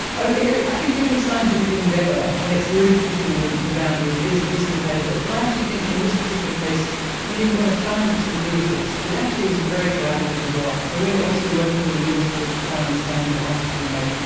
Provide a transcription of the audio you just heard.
like i think every scientific endeavour, when it's really pushing the the boundaries, is is competitive. but i actually think in this particular case when you've got a challenge as big as this, it actually is very collaborative as well. so we're obviously working with a us group to try and understand the devices we make,